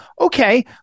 okay